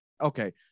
Okay